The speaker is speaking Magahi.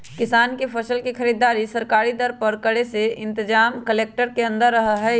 किसान के फसल के खरीदारी सरकारी दर पर करे के इनतजाम कलेक्टर के अंदर रहा हई